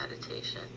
meditation